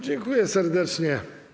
Dziękuję serdecznie.